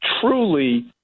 truly